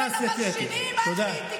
אתם מגינים על היועצת המשפטית של הכנסת,